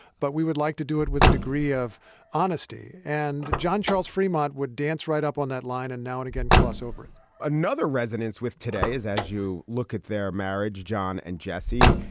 but we would like to do it with a degree of honesty. and john charles fremont would dance right up on that line and now and again cross over it another resonance with today is as you look at their marriage, john and jesse,